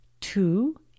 two